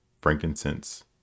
frankincense